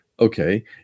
okay